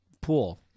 pool